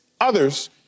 others